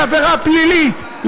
לעבירה פלילית,